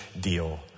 deal